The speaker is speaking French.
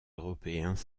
européens